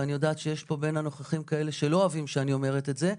ואני יודעת שיש פה בין הנוכחים שלא אוהבים שאני אומרת את זה,